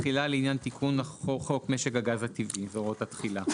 תחילה לעניין תיקון חוק משק הגז הטבעי והוראות התחילה.